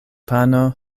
pano